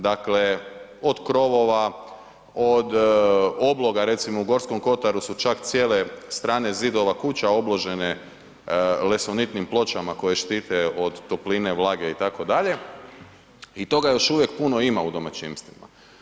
Dakle, od krovova, od obloga recimo u Gorskom kotaru su čak cijele strane zidova kuća obložene lesonitnim pločama koje štite od topline, vlage itd. i toga još uvijek puno ima u domaćinstvima.